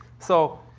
so,